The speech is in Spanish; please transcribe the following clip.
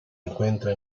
encuentra